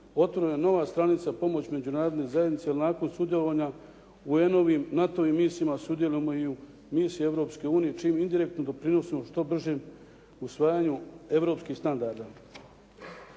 otvorena je nova stranica pomoći međunarodne zajednice nakon sudjelovanja u UN-ovim i NATO-vim misijama sudjelujemo i u misiji Europske unije čim indirektno doprinosimo što bržem usvajanju europskih standarda.